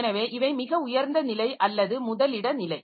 எனவே இவை மிக உயர்ந்த நிலை அல்லது முதலிட நிலை